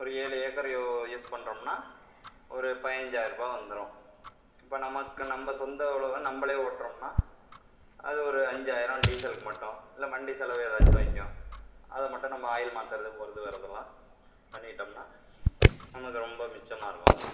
ஒரு ஏழு acre use பண்றோம்னா ஒரு பயஞ்சாயிருபா வந்துடும் இப்போ நமக்கு நம்ம சொந்த உழவை நம்மளே ஓட்டுறோம்ன்னா அது ஒரு அஞ்சாயிரம் டீசலுக்கு மட்டும் இல்லை வண்டி செலவு ஏதாச்சும் வைக்கும் அது மட்டும் நம்ம ஆயில் மாத்துவது போகிறது வரதெல்லாம் பண்ணிகிட்டோம்னா நமக்கு ரொம்ப மிச்சமாயிருக்கும் அதெல்லாம்